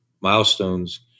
milestones